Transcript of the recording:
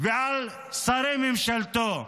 ועל ממשלתו.